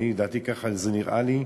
לדעתי, כך זה נראה לי.